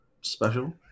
special